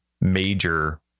major